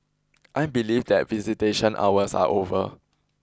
I believe that visitation hours are over